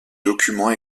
document